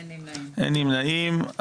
אין נמנעים.